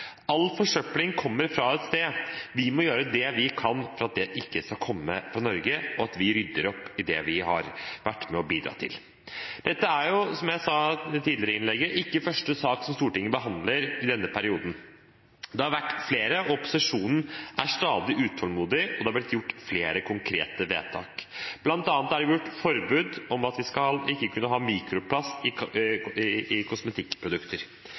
All forsøpling kommer fra et sted. Vi må gjøre det vi kan for at det ikke skal komme fra Norge, og at vi rydder opp i det vi har vært med på å bidra til. Dette er, som jeg sa tidligere i innlegget, ikke den første saken om dette som Stortinget behandler i denne perioden, det har vært flere. Opposisjonen er stadig utålmodig, og det har blitt gjort flere konkrete vedtak. Blant annet er det kommet forbud mot å ha mikroplast i kosmetikkprodukter. Dessverre kan vi ikke